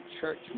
church